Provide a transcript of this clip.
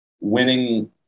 winning